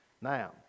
Now